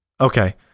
Okay